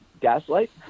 Gaslight